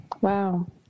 Wow